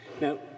Now